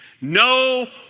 No